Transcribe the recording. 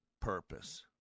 purpose